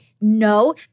No